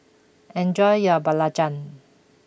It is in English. enjoy your Belacan